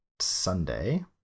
sunday